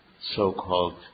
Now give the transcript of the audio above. so-called